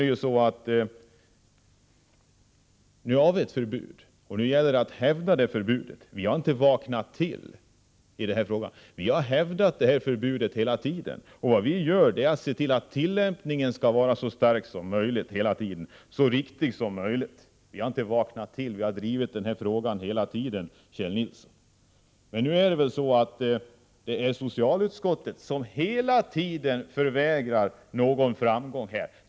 Nu har vi ett förbud och nu gäller det att hävda det förbudet. Vi har inte vaknat till i den här frågan — vi har hela tiden hävdat det förbudet. Vad vi gör ärattse till att tillämpningen blir så riktig som möjligt. Vi har inte vaknat till — vi har drivit den här frågan hela tiden, Kjell Nilsson. Men socialutskottet förvägrar oss här hela tiden en framgång.